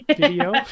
video